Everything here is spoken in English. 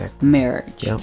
marriage